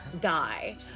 die